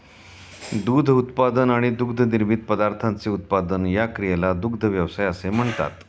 दूध उत्पादन आणि दुग्धनिर्मित पदार्थांचे उत्पादन या क्रियेला दुग्ध व्यवसाय असे म्हणतात